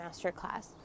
masterclass